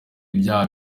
ibyaha